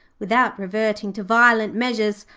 without reverting to violent measures,